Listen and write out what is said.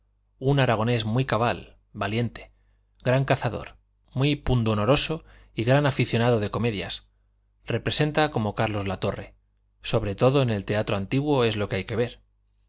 un aragonés muy cabal valiente gran cazador muy pundonoroso y gran aficionado de comedias representa como carlos latorre sobre todo en el teatro antiguo es lo que hay que ver